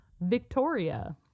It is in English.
Victoria